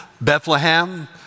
Bethlehem